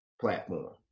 platform